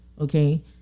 Okay